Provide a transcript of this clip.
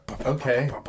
okay